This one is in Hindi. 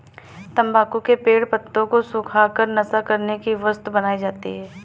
तम्बाकू के पेड़ पत्तों को सुखा कर नशा करने की वस्तु बनाई जाती है